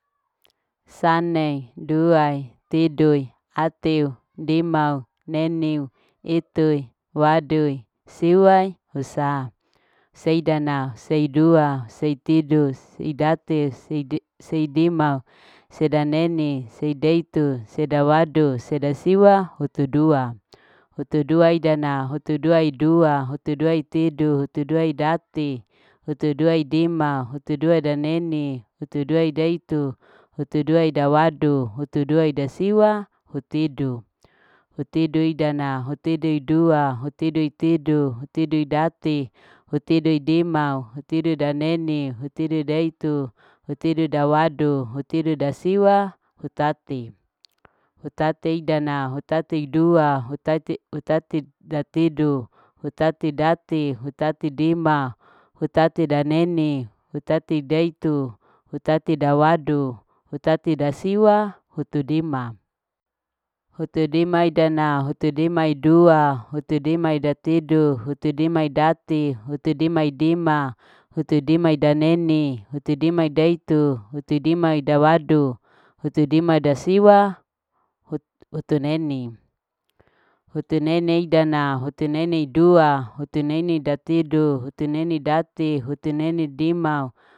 . Sanei, duai, tidui, atiu, dimau, neniu, itui, wadiu, siuwai, husa. Seidana, seidua, seitidu, seidate seidima, sedanneni, seiditu, sedawadu, sedasiwa, hutu dua, hutu dua idana, hutu dua idua, hutu dua itidu, hutu dua idati, hutu dua idima, hutu dua daneni, hutu dua idaitu, hutu dus idawadu, hutu dua idasiwa, hutidu. Hutidu idana, hutidu ideidua, hutidu itidu, hutidu idate, hutidu idima, hutidu idaneni, hutidu daitu, hutidu dawadu, hutidu dasiwa, hutate. Hutate idana, hutate idua, hutate. hutate datidu, hutate date, hutate dima, hutate daneni, hutate idaitu, hutate dawadu, hutate dasiwa, hutu dima. Hutu dima idana, hutu dima idua, hutu dima ida tidu, hutu dimaidati, hutu dima idima, hutu dima ida neni, hutu dina ideitu, hutu dima ida wadu, hutu dima ida siwa, hut, hutu neni, hutu neni idana, hutu neni idua, hutu neni datidu, hutu neni dati, hutu neni dimau